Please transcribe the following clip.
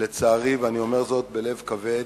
לצערי, אני אומר זאת בלב כבד,